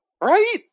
Right